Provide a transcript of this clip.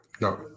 no